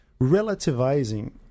relativizing